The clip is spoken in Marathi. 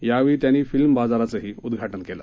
यावेळी त्यांनी फिल्म बाजारचंही उद्घाटन केलं